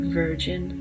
virgin